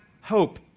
hope